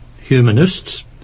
humanists